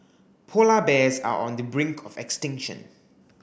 polar bears are on the brink of extinction